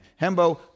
Hembo